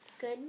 Good